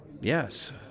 Yes